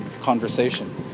conversation